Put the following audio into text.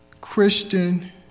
Christian